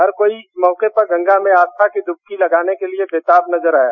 हर कोई इस मौके पर गंगा में आस्था की डुबकी लगाने के लिए बेताब नजर आया